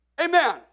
Amen